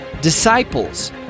Disciples